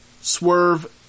swerve